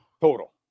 Total